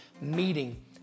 meeting